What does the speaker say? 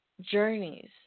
journeys